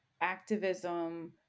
activism